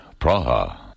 Praha